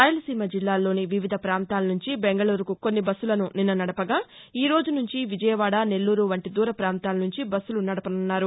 రాయలసీమ జిల్లాల్లోని వివిధ ప్రాంతాల నుంచి బెంగళూరుకు కొన్ని బస్సులను నిన్న నడపగా ఈ రోజు నుంచి విజయవాడ నెల్లూరు వంటి దూర పాంతాల నుంచీ బస్సులు నడపనున్నారు